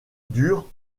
dure